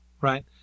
right